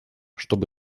чтобы